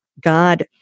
God